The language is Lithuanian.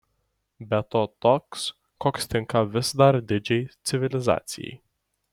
be to toks koks tinka vis dar didžiai civilizacijai